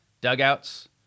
dugouts